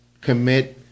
commit